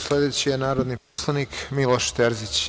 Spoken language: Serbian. Sledeći je narodni poslanik Miloš Terzić.